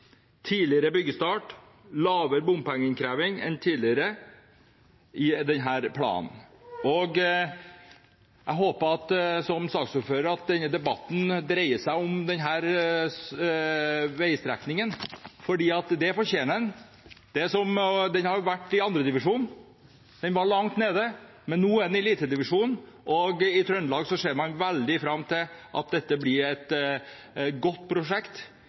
tidligere byggestart og lavere andel bompengeinnkreving enn tidligere forutsatt i denne planen. Jeg håper, som saksordfører, at denne debatten vil dreie seg om denne veistrekningen, for det fortjener den. Den har vært i andredivisjon, den var langt nede, men nå er den i elitedivisjonen, og i Trøndelag ser man veldig fram til at dette blir et godt prosjekt.